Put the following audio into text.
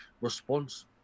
response